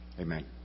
Amen